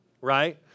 right